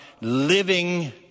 living